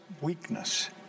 weakness